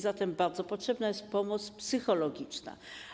Zatem bardzo potrzebna jest pomoc psychologiczna.